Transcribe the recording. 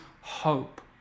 hope